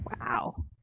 Wow